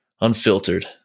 Unfiltered